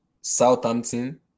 Southampton